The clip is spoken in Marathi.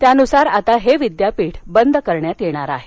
त्यानुसार हे विद्यापीठ आता बंद करण्यात येणार आहे